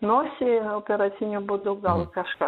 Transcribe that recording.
nosį operaciniu būdu gal kažka